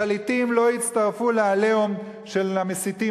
השליטים לא הצטרפו ל"עליהום" של המסיתים,